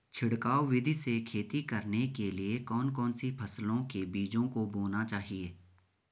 छिड़काव विधि से खेती करने के लिए कौन कौन सी फसलों के बीजों को बोना चाहिए?